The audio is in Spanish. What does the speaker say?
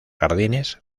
jardines